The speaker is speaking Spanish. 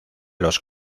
los